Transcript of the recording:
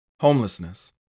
Homelessness